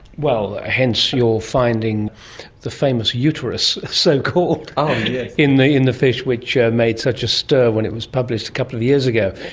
ah hence your finding the famous uterus, so-called, in the in the fish, which made such a stir when it was published a couple of years ago.